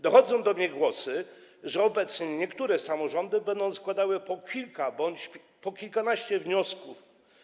Dochodzą do mnie głosy, że obecnie niektóre samorządy będą składały po kilka bądź po kilkanaście wniosków.